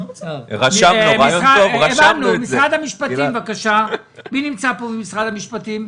מי נמצא פה ממשרד המשפטים?